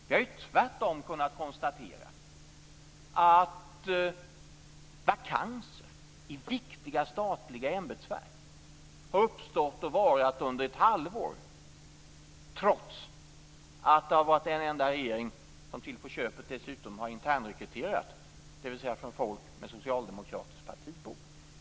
Vi har tvärtom kunnat konstatera att vakanser i viktiga statliga ämbetsverk har uppstått och varat under ett halvår trots att vi har haft en enpartiregering som till på köpet dessutom har internrekryterat, dvs. anställt folk med socialdemokratisk partibok.